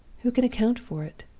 who can account for it?